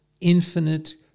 infinite